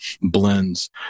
blends